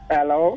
Hello